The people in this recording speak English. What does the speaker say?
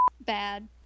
bad